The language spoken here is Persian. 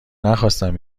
نخواستم